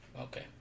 Okay